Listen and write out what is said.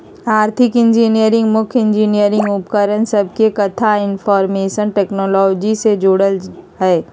आर्थिक इंजीनियरिंग मुख्य इंजीनियरिंग उपकरण सभके कथा इनफार्मेशन टेक्नोलॉजी से जोड़ल हइ